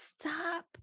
Stop